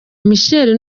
michel